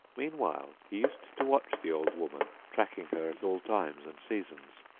meanwhile he used to watch the old woman, tracking her at all times and seasons,